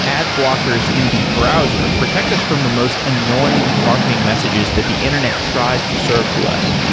ad-blockers in the browser protect us from the most annoying marketing messages that the internet tries to serve to us,